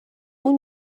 اون